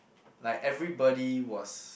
like everybody was